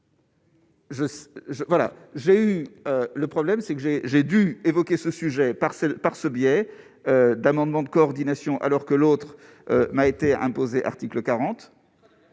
j'ai eu le problème, c'est que j'ai, j'ai dû évoquer ce sujet par cette par ce biais d'amendements de coordination, alors que l'autre m'a été imposé, article 40,